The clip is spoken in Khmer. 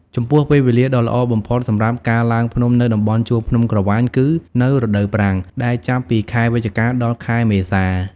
ចំពោះ ពេលវេលាដ៏ល្អបំផុតសម្រាប់ការឡើងភ្នំនៅតំបន់ជួរភ្នំក្រវាញគឺ នៅរដូវប្រាំង ដែលចាប់ពីខែវិច្ឆិកា ដល់ ខែមេសា។